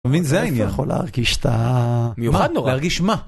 מבין? זה העניין יכול להרגיש את ה... מיוחד נורא! להרגיש מה?